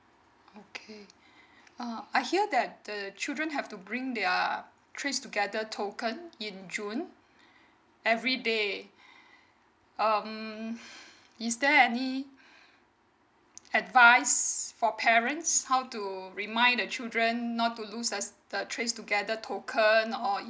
okay uh I hear that the children have to bring their trays together token in june every day um is there any advise for parents how to remind the children not to lose as the trays together token or